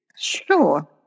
Sure